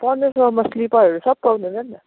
पन्ध्र सयमा स्लिपरहरू सब पाउनु हुन्छ नि त